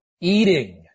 eating